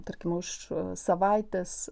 tarkim už savaitės